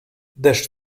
deszcz